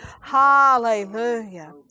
hallelujah